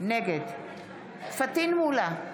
נגד פטין מולא,